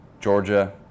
Georgia